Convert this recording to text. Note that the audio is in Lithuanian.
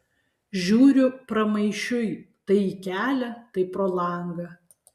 žiūriu pramaišiui tai į kelią tai pro langą